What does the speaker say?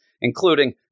including